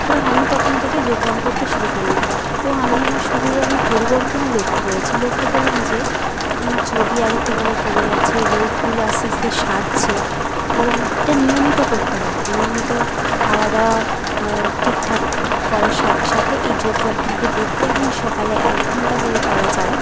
সুতরাং আমি তখন থেকে যোগব্যায়াম করতে শুরু করলাম এবং আমি আমার শরীরের অনেক পরিবর্তনও লক্ষ্য করেছি লক্ষ্য করলাম যে আমার চর্বি আগের থেকে অনেক কমে গেছে রোগগুলো আস্তে আস্তে সারছে এবং এটা নিয়মিত করতে হবে নিয়মিত খাওয়া দাওয়া ঠিকঠাক করার সাথে সাথে এই যোগব্যায়ামটা যদি প্রত্যেক দিন সকালে এক ঘণ্টা করে করা যায়